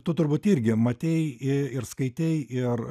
tu turbūt irgi matei ir skaitei ir